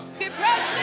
Depression